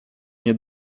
nie